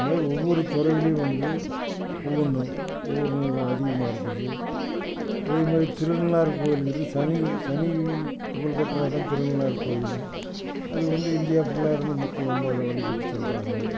இதுமாதிரி ஒவ்வொரு துறையிலயும் வந்து ஒவ்வொன்றும் ஒவ்வொரு அதிகமாக இருக்குது அதேமாதிரி திருநள்ளார் கோயிலுங்கிறது சனி சனி புகழ்பெற்ற எடம் திருநள்ளார் கோயில் அது வந்து இந்தியா ஃபுல்லாக இருந்து மக்கள் வந்து அதை வழிபட்டு செல்கிறாங்க